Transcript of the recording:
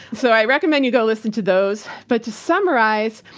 so i recommend you go listen to those, but to summarize,